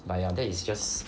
but ya that it's just